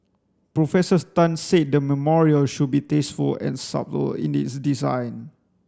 Professors Tan said the memorial should be tasteful and subtle in its design